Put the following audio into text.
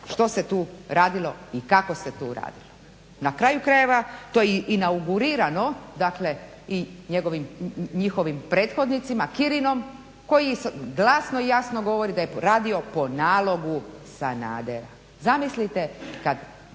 što se tu radilo i kako se tu radilo. Na kraju krajeva to je inaugurirano dakle i njihovim prethodnicima Kirinom koji glasno i jasno govori da je radio po nalogu Sanadera. Zamislite